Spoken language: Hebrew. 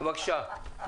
תודה רבה.